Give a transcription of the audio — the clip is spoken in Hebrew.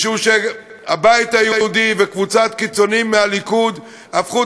משום שהבית היהודי וקבוצת קיצונים מהליכוד הפכו